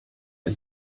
ein